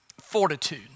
fortitude